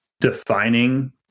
defining